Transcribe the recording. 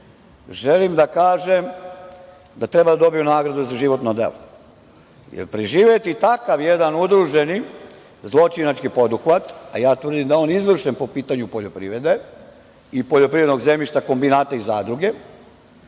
želim da kažem da treba da dobiju nagradu za životno delo, jer preživeti takav jedan udruženi zločinački poduhvat, a ja tvrdim da je on izvršen po pitanju poljoprivrede i poljoprivrednog zemljišta, kombinata i zadruge,